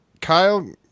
Kyle